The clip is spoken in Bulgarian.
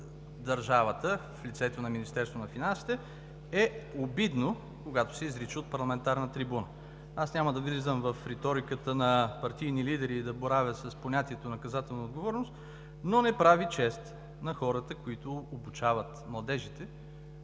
държавата в лицето на Министерството на финансите е обидно, когато се изрична от парламентарната трибуна. Аз няма да влизам в риториката на партийни лидери и да боравя с понятието „наказателна отговорност“, но не прави чест на хората, които обучават младежите,